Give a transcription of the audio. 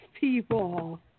people